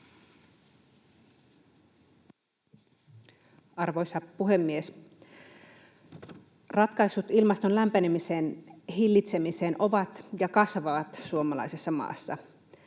Arvoisa puhemies! Ratkaisut ilmaston lämpenemisen hillitsemiseen ovat ja kasvavat suomalaisessa maassa.